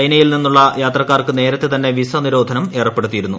ചൈനയിൽ നിന്നുള്ള യാത്രക്കാർക്ക് നേരത്തെ തന്നെ വിസ നിരോധനം ഏർപ്പെടുത്തിയിരുന്നു